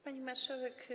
Pani Marszałek!